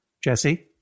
Jesse